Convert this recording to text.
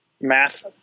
math